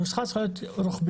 הנוסחה צריכה להיות רחבית.